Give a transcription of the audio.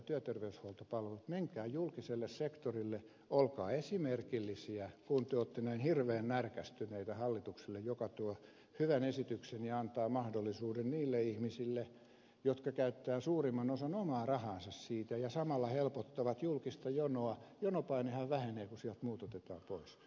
menkää julkiselle sektorille olkaa esimerkillisiä kun te olette näin hirveän närkästyneitä hallitukselle joka tuo hyvän esityksen ja antaa mahdollisuuden niille ihmisille jotka käyttävät suurimmaksi osaksi omaa rahaansa siihen ja samalla helpottavat julkista jonoa jonopainehan vähenee kun sieltä muut otetaan pois